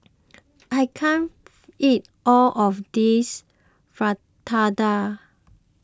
I can't eat all of this Fritada